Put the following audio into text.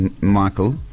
Michael